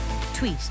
Tweet